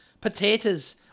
potatoes